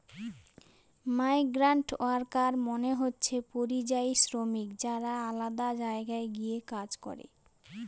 migrant worker মানে হচ্ছে পরিযায়ী শ্রমিক যারা আলাদা জায়গায় গিয়ে কাজ করে